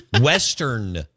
western